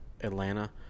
Atlanta